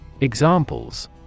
Examples